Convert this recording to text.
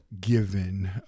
given